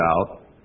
out